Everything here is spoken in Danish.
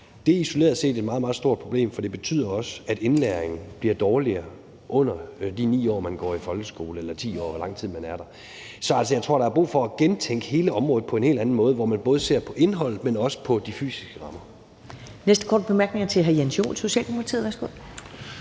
Det er isoleret set et meget, meget stort problem, for det betyder også, at indlæringen bliver dårligere under de 9 år eller de 10 år, eller hvor lang tid man går i folkeskolen. Så jeg tror altså, der er brug for at gentænke hele området på en helt anden måde, hvor man både ser på indholdet, men også på de fysiske rammer. Kl. 10:51 Første næstformand (Karen Ellemann): Den næste